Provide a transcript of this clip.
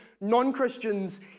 non-Christians